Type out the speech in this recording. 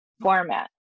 format